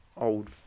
old